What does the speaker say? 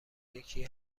یکی